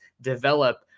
develop